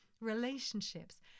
relationships